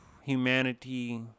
humanity